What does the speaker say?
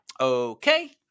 Okay